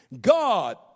God